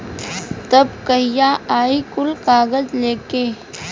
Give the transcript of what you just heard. तब कहिया आई कुल कागज़ लेके?